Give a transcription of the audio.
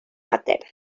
materna